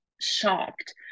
shocked